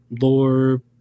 lore